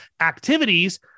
activities